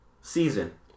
season